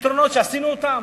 פתרונות שעשינו אותם,